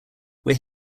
where